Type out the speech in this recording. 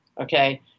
Okay